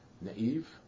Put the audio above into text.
naive